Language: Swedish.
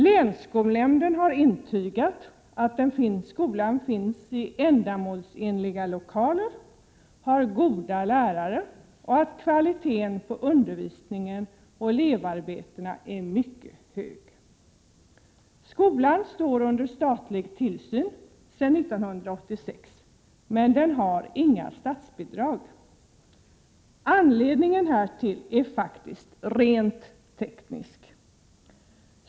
Länsskolnämnden har intygat att skolan har ändamålsenliga lokaler och goda lärare och att kvaliteten på undervisningen och på elevarbetena är mycket god. Skolan står under statlig tillsyn sedan 1986, men den får inga statsbidrag — faktiskt av rent tekniska skäl.